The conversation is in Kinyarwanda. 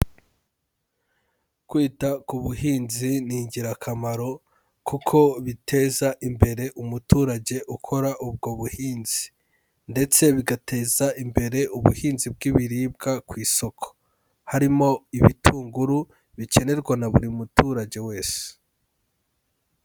Kwita ku buhinzi ni ingirakamaro kuko biteza imbere umuturage ukora ubwo buhinzi, ndetse bigateza imbere ubuhinzi bw'ibiribwa ku isoko, harimo ibitunguru bikenerwa na buri muturage wese.